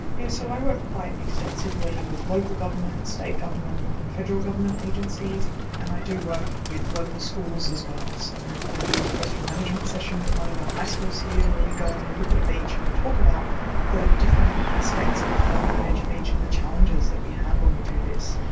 yes, so i work quite extensively with local government, state government and federal government agencies and i do work with local schools as well, so i do a coastal management session with one of our high schools here where we go we look at a beach and we talk about the different aspects of how we manage a beach and the challenges we have when we do this.